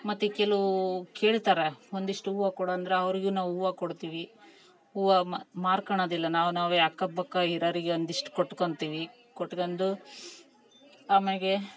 ಮತ್ತು ಕೆಲವೂ ಕೇಳ್ತಾರೆ ಒಂದಷ್ಟು ಹೂವು ಕೊಡು ಅಂದ್ರೆ ಅವರಿಗೂ ನಾವು ಹೂವು ಕೊಡ್ತೀವಿ ಹೂವು ಮಾರ್ಕೋಳೋದಿಲ್ಲ ನಾವು ನಾವೇ ಅಕ್ಕ ಪಕ್ಕ ಇರೋರಿಗೆ ಒಂದಷ್ಟ್ ಕೊಟ್ಕೊತಿವಿ ಕೊಟ್ಗಂಡು ಆಮ್ಯಾಗೆ